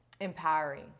empowering